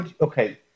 Okay